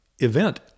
event